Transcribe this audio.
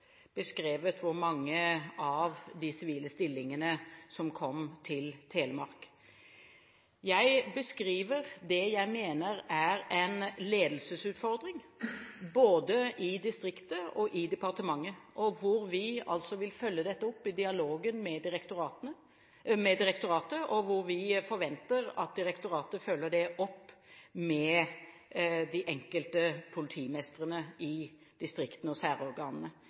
beskrevet hvor mange av de sivile stillingene som kom til Telemark. Jeg beskriver det jeg mener er en ledelsesutfordring både i distriktet og i departementet, hvor vi altså vil følge dette opp i dialogen med direktoratet, og hvor vi forventer at direktoratet følger det opp med de enkelte politimestrene i distriktene og særorganene.